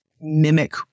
mimic